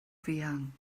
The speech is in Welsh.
fuan